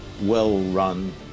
well-run